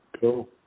Cool